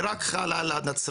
וזה חל רק על הנצרתים.